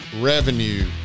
revenue